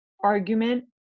argument